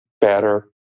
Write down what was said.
better